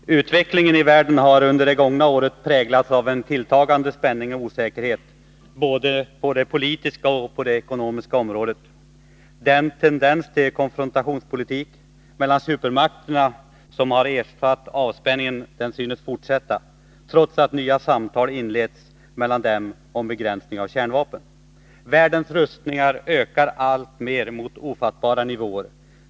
Herr talman! Utvecklingen i världen har under det gångna året präglats av tilltagande spänning och osäkerhet på både det politiska och det ekonomiska området. Den tendens till konfrontationspolitik mellan supermakterna som har ersatt avspänningen synes fortsätta, trots att nya samtal mellan dem inletts om begränsning av kärnvapen. Världens rustningar ökar mot alltmer ofattbara nivåer.